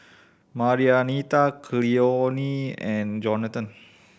Marianita Cleone and Jonathan